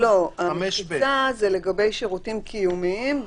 לא, המחיצה זה לגבי שירותים קיומיים.